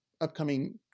upcoming